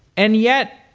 and yet